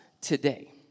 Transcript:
today